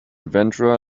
adventurer